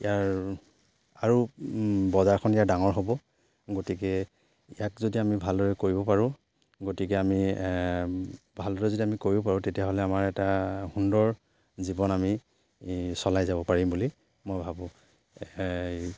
ইয়াৰ আৰু বজাৰখন ইয়াৰ ডাঙৰ হ'ব গতিকে ইয়াক যদি আমি ভালদৰে কৰিব পাৰোঁ গতিকে আমি ভালদৰে যদি আমি কৰিব পাৰোঁ তেতিয়াহ'লে আমাৰ এটা সুন্দৰ জীৱন আমি চলাই যাব পাৰিম বুলি মই ভাবোঁ